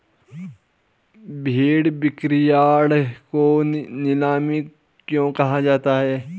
भेड़ बिक्रीयार्ड को नीलामी क्यों कहा जाता है?